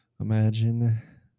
Imagine